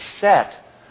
set